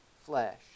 flesh